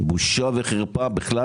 בושה וחרפה בכלל,